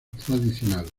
tradicionales